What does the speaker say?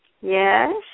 Yes